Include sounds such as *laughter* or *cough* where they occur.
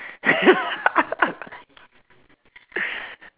*laughs*